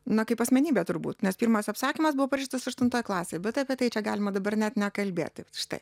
na kaip asmenybę turbūt nes pirmas apsakymas buvo parašytas aštuntoj klasėj bet apie tai čia galima dabar net nekalbėti štai